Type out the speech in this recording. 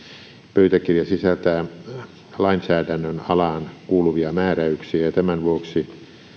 pöytäkirja sisältää lainsäädännön alaan kuuluvia määräyksiä ja tämän vuoksi